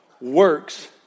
works